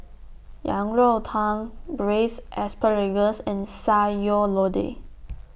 Yang Rou Tang Braised Asparagus and Sayur Lodeh